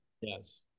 Yes